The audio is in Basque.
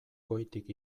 goitik